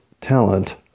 talent